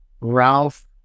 Ralph